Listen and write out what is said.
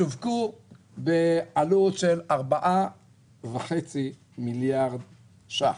שווקו בעלות של 4.5 מיליארד ש"ח.